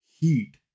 Heat